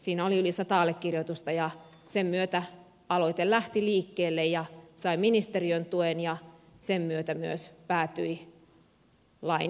siinä oli yli sata allekirjoitusta ja sen myötä aloite lähti liikkeelle ja sai ministeriön tuen ja sen myötä myös päätyi lainkirjoihin